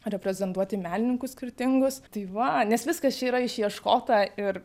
reprezentuoti menininkus skirtingus tai va nes viskas čia yra išieškota ir